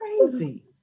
crazy